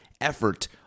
effort